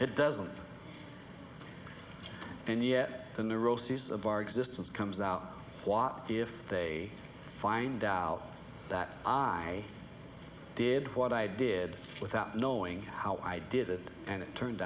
it doesn't and yet the neuroses a bar existence comes out if they find out that i did what i did without knowing how i did it and it turned